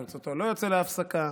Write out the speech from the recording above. ברצותו לא יוצא להפסקה.